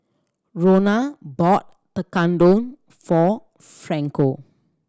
Rona bought Tekkadon for Franco